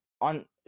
on